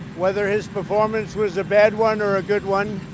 whether his performance was a bad one or a good one,